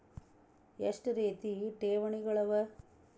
ಎಷ್ಟ ರೇತಿ ಠೇವಣಿಗಳ ಅವ?